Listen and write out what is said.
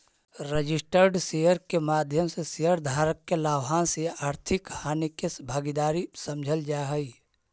registered share के माध्यम से शेयर धारक के लाभांश या आर्थिक हानि के भागीदार समझल जा हइ